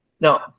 now